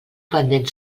pendent